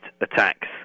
attacks